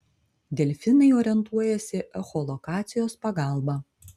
delfinai orientuojasi echolokacijos pagalba